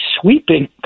sweeping